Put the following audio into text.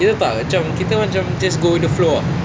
kita tak macam kita macam just go with the flow ah